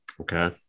Okay